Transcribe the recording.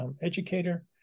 educator